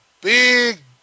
big